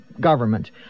government